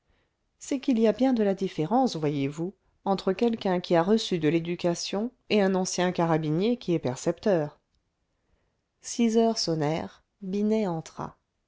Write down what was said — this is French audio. c'est qu'il y a bien de la différence voyez-vous entre quelqu'un qui a reçu de l'éducation et un ancien carabinier qui est percepteur six heures sonnèrent binet entra